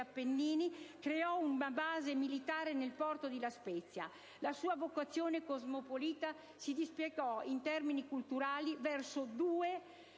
Appennini; creò una base militare nel porto di La Spezia. La sua vocazione cosmopolita si dispiegò in termini culturali verso due